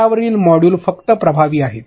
अंतरावरील मॉड्यूल फक्त प्रभावी आहेत